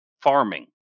farming